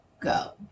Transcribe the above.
go